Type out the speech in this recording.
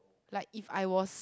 like if I was